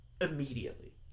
immediately